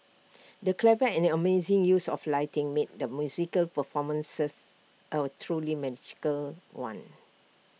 the clever and amazing use of lighting made the musical performances A truly magical one